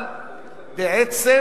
אבל בעצם